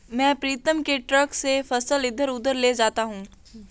मैं प्रीतम के ट्रक से फसल इधर उधर ले जाता हूं